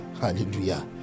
Hallelujah